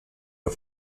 auf